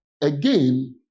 again